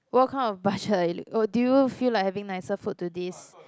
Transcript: what kind of budget are you or do you feel like having nicer food to this